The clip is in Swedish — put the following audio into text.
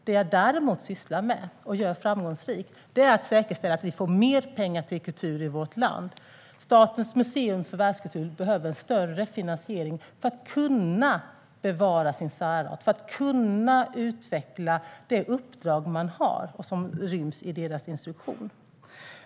Det jag däremot sysslar med, framgångsrikt, är att säkerställa att vi får mer pengar till kultur i vårt land. Statens museer för världskultur behöver större finansiering för att kunna bevara sin särart, för att kunna utveckla det uppdrag man har och som ryms i deras instruktion.